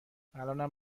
الانم